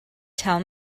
tell